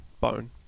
bone